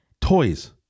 Toys